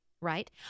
right